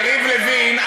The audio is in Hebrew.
יריב לוין,